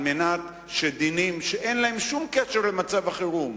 כדי שדינים שאין להם שום קשר למצב החירום,